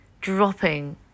dropping